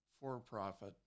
for-profit